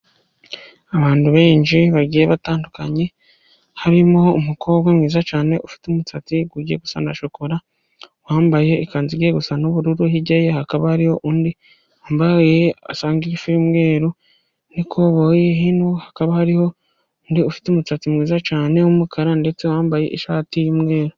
Abantu benshi bagiye batandukanye harimo umukobwa mwiza cyane ufite umusatsi ugiye gusa na shokora wambaye ikanzu igiye gusa n'ubururu, hirya ye hakaba hariho undi wambaye isa y'umweru n'ikoboyi, hino hakaba hariho undi ufite umusatsi mwiza cyane w'umukara ndetse wambaye ishati y'umweru.